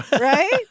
right